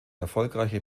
erfolgreiche